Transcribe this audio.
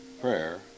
prayer